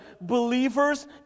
believers